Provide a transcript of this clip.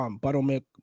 buttermilk